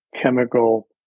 chemical